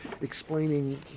explaining